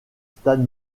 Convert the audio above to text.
stade